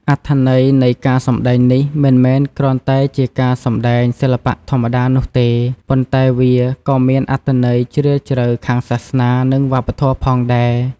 អត្ថន័យនៃការសម្តែងនេះ មិនមែនគ្រាន់តែជាការសម្តែងសិល្បៈធម្មតានោះទេ ប៉ុន្តែវាក៏មានអត្ថន័យជ្រាលជ្រៅខាងសាសនា និងវប្បធម៌ផងដែរ។